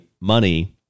money